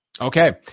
okay